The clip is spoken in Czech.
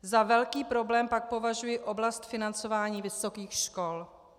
Za velký problém pak považuji oblast financování vysokých škol.